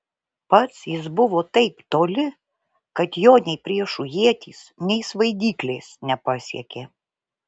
pats jis buvo taip toli kad jo nei priešų ietys nei svaidyklės nepasiekė